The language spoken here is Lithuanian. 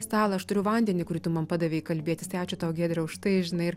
stalą aš turiu vandenį kurį tu man padavei kalbėtis tai ačiū tau giedre už tai ir žinai